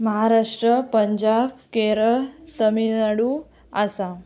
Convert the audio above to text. Maharashtra Punjab Kerala Tamil Nadu Assam